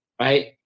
Right